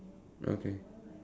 okay